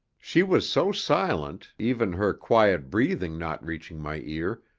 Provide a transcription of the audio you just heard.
she was so silent, even her quiet breathing not reaching my ear,